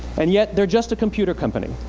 and yet, they're just a computer company.